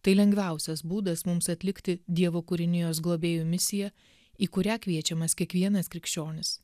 tai lengviausias būdas mums atlikti dievo kūrinijos globėjų misiją į kurią kviečiamas kiekvienas krikščionis